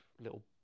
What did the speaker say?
little